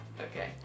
Okay